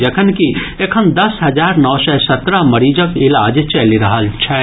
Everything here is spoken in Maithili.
जखनकि एखन दस हजार नओ सय सत्रह मरीजक इलाज चलि रहल छनि